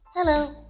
Hello